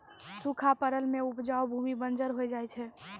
सूखा पड़ला सें उपजाऊ भूमि बंजर होय जाय छै